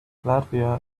latvia